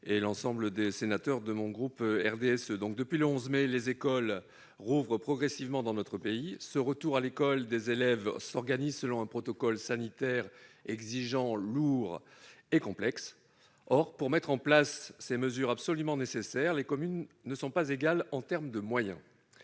et l'ensemble des sénateurs du groupe RDSE. Depuis le 11 mai, les écoles rouvrent progressivement dans notre pays. Ce retour à l'école des élèves s'organise selon un protocole sanitaire exigeant, lourd et complexe. Or, pour mettre en place ces mesures absolument nécessaires, les communes ne sont pas égales en termes de moyens